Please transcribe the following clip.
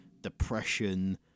depression